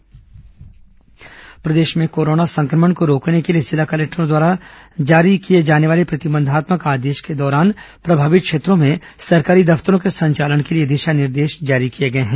सरकारी दफ्तर दिशा निर्देश प्रदेश में कोरोना संक्रमण को रोकने के लिए जिला कलेक्टरों द्वारा जारी किए जाने वाले प्रतिबंधात्मक आदेश के दौरान प्रभावित क्षेत्रों में सरकारी दफ्तरों के संचालन के लिए दिशा निर्देश जारी किए गए हैं